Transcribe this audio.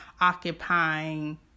occupying